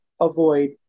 avoid